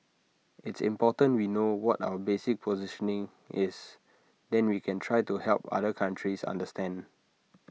it's important we know what our basic positioning is then we can try to help other countries understand